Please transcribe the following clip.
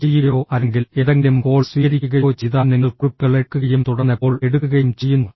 phone ചെയ്യുകയോ അല്ലെങ്കിൽ എന്തെങ്കിലും കോൾ സ്വീകരിക്കുകയോ ചെയ്താൽ നിങ്ങൾ കുറിപ്പുകൾ എടുക്കുകയും തുടർന്ന് എപ്പോൾ എടുക്കുകയും ചെയ്യുന്നു